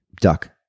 duck